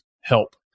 help